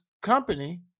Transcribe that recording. company